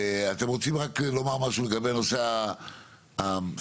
אתם רוצים לדבר לגבי נושא התאריך?